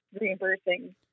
reimbursing